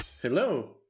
Hello